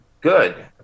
good